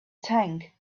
tank